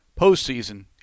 postseason